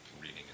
reading